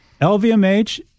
LVMH